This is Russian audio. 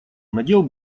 надел